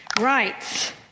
Right